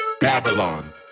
Babylon